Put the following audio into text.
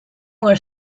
were